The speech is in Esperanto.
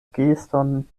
geston